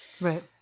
right